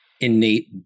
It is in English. innate